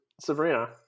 Sabrina